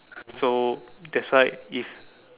so that's why if